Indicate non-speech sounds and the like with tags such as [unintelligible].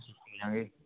[unintelligible]